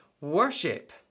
worship